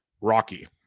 Rocky